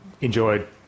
enjoyed